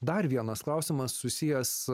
dar vienas klausimas susijęs